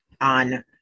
on